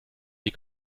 die